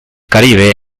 caribe